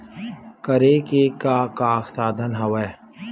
करे के का का साधन हवय?